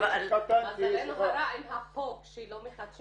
מזלנו הרע עם החוק שלא מחדשים.